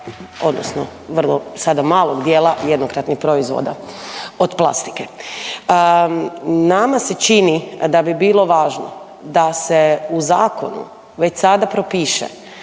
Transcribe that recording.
odnosno vrlo sada malog dijela jednokratnih proizvoda od plastike. Nama se čini da bi bilo važno da se u zakonu već sada propiše,